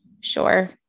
Sure